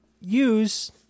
use